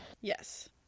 Yes